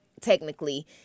technically